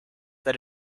that